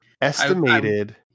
Estimated